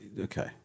Okay